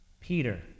Peter